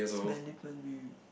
smelly belly